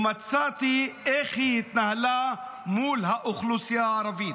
ומצאתי איך היא התנהלה מול האוכלוסייה הערבית.